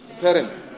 parents